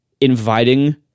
inviting